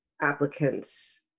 applicants